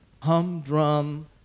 humdrum